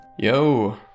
Yo